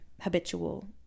habitual